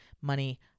money